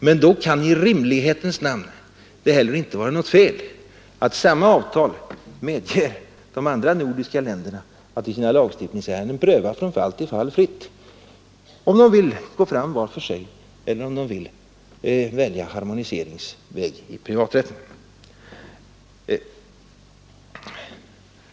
Men då kan det i rimlighetens namn inte heller vara något fel att påstå att samma avtal tillåter vilket nordiskt land som helst att i sina lagstiftningsärenden fritt pröva från fall till fall om man vill gå fram var för sig eller om man vill välja den nordiska harmoniseringens väg.